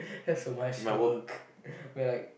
that's so much work we're like